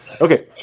Okay